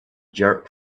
jerk